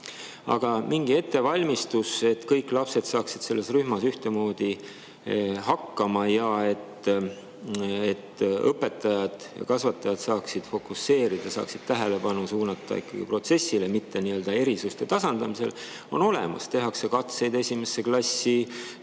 mingi ettevalmistus, et kõik lapsed saaksid rühmas ühtemoodi hakkama ja et õpetajad ja kasvatajad saaksid fokusseerida, tähelepanu suunata ikkagi protsessile, mitte nii-öelda erisuste tasandamisele. Koolides tehakse esimesse klassi